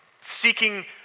seeking